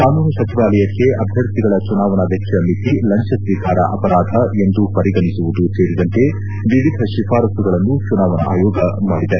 ಕಾನೂನು ಸಚಿವಾಲಯಕ್ಕೆ ಅಭ್ಯರ್ಥಿಗಳ ಚುನಾವಣಾ ವೆಚ್ಚ ಮಿತಿ ಲಂಚ ಸ್ವೀಕಾರ ಅಪರಾಧ ಎಂದು ಪರಿಗಣಿಸುವುದೂ ಸೇರಿದಂತೆ ವಿವಿಧ ಶಿಫಾರಸ್ಸುಗಳನ್ನು ಚುನಾವಣಾ ಆಯೋಗ ಮಾಡಿದೆ